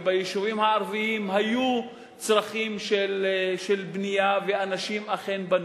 וביישובים הערביים היו צורכי בנייה ואנשים אכן בנו.